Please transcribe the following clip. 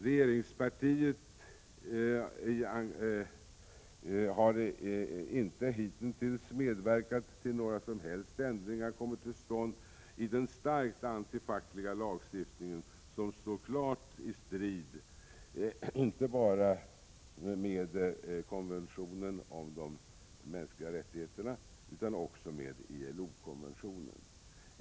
Regeringspartiet har hitintills inte medverkat till att några som helst ändringar kommit till stånd i den starkt antifackliga lagstiftningen, som står klart i strid inte bara med konventionen om de mänskliga rättigheterna utan också med ILO-konventionen.